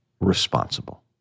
responsible